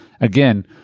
Again